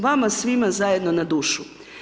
Vama svima zajedno na dušu.